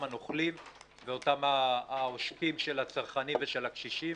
נוכלים ואותם עושקים של הצרכנים ושל הקשישים.